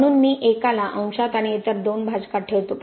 म्हणून मी एकाला अंशात आणि इतर दोन भाजकात ठेवतो